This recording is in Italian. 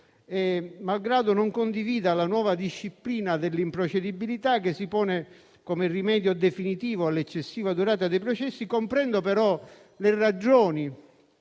Malgrado non condivida la nuova disciplina dell'improcedibilità che si pone come rimedio definitivo per l'eccessiva durata dei processi, comprendo però le ragioni